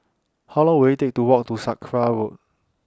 How Long Will IT Take to Walk to Sakra Road